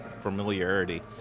familiarity